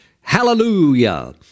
hallelujah